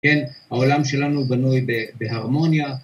כן, העולם שלנו בנוי בהרמוניה.